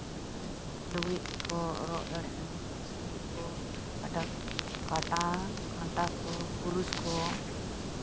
ᱟᱨ ᱞᱩᱜᱽᱲᱤᱡ ᱠᱚ ᱨᱚᱜ ᱫᱟᱲᱮᱭᱟᱜ ᱟᱹᱧ ᱚᱱᱟᱛᱮ ᱥᱩᱭ ᱠᱚ ᱠᱟᱱᱴᱟ ᱠᱟᱸᱴᱟ ᱠᱚ ᱠᱩᱨᱩᱥ ᱠᱚ